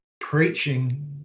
preaching